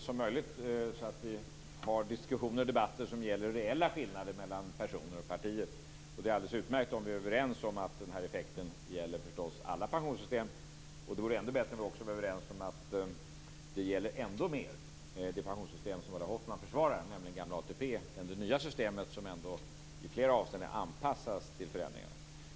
Fru talman! Det är bra om vi kan reda ut så många missförstånd som möjligt så att vi kan ha diskussioner om reella skillnader mellan personer och partier. Det är alldeles utmärkt om vi kan vara överens om att denna effekt gäller alla pensionssystem. Det vore ändå bättre om vi också vore överens om att det i synnerhet gäller det pensionssystem som Ulla systemet, jämfört med det nya systemet som i flera avseenden anpassas till förändringarna.